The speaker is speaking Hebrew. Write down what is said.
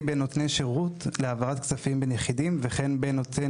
בין נותני שירות להעברת כספים בין יחידים וכן בין נותן